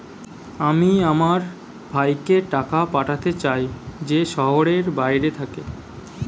আমি আমার ভাইকে টাকা পাঠাতে চাই যে শহরের বাইরে থাকে